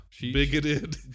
Bigoted